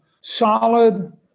solid